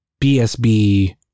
BSB